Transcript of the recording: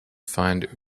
find